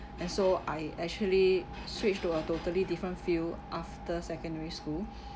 and so I actually switched to a totally different field after secondary school